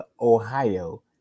Ohio